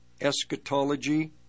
eschatology